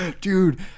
Dude